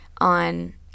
on